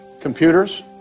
computers